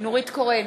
נורית קורן,